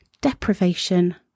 deprivation